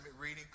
reading